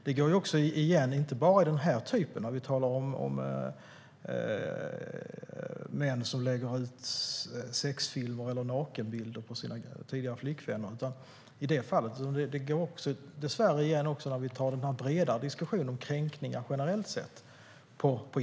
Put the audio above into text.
Det går inte bara igen i den typ av handlingar som vi nu talar om, att män lägger ut sexfilmer eller nakenbilder på sina tidigare flickvänner. Dessvärre går det igen också när vi har den breda diskussionen om kränkningar på internet generellt.